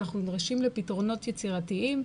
אנחנו נדרשים לפתרונות יצירתיים.